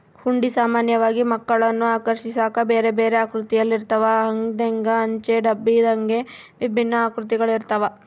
ಹುಂಡಿ ಸಾಮಾನ್ಯವಾಗಿ ಮಕ್ಕಳನ್ನು ಆಕರ್ಷಿಸಾಕ ಬೇರೆಬೇರೆ ಆಕೃತಿಯಲ್ಲಿರುತ್ತವ, ಹಂದೆಂಗ, ಅಂಚೆ ಡಬ್ಬದಂಗೆ ವಿಭಿನ್ನ ಆಕೃತಿಗಳಿರ್ತವ